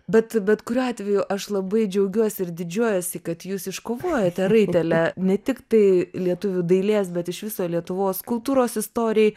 bet bet kuriuo atveju aš labai džiaugiuosi ir didžiuojuosi kad jūs iškovojote raitelę ne tiktai lietuvių dailės bet iš viso lietuvos kultūros istorijai